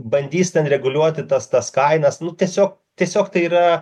bandys ten reguliuoti tas tas kainas nu tiesiog tiesiog tai yra